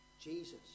Jesus